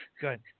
Good